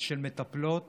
של מטפלות